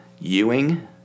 Ewing